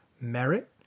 merit